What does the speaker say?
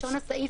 בלשון הסעיף,